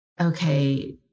okay